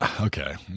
Okay